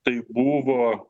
tai buvo